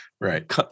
Right